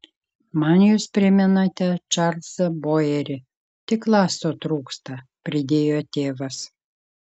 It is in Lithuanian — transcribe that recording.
man jūs primenate čarlzą bojerį tik laso trūksta pridėjo tėvas